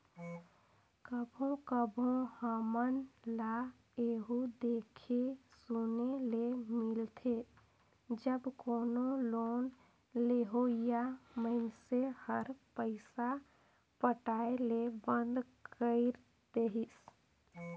कभों कभों हमन ल एहु देखे सुने ले मिलथे जब कोनो लोन लेहोइया मइनसे हर पइसा पटाए ले बंद कइर देहिस